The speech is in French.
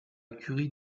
curie